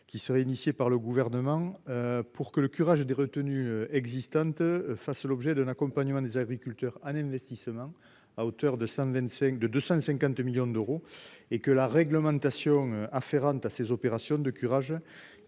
qui serait initiée par le gouvernement pour que le curage des retenues existante, fasse l'objet d'un accompagnement des agriculteurs Amnesty seulement à hauteur de 125 de 250 millions d'euros et que la réglementation afférente à ces opérations de curage